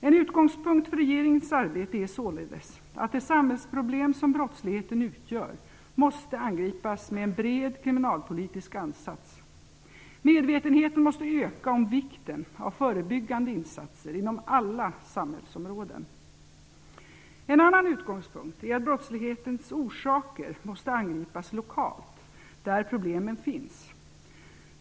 En utgångspunkt för regeringens arbete är således att det samhällsproblem som brottsligheten utgör måste angripas med en bred kriminalpolitisk ansats. Medvetenheten måste öka om vikten av förebyggande insatser inom alla samhällsområden. En annan utgångspunkt är att brottslighetens orsaker måste angripas lokalt där problemen finns.